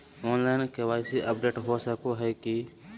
Online KYC update हो सको है की?